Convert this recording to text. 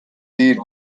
دیر